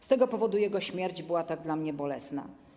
Z tego powodu jego śmierć była tak dla mnie bolesna.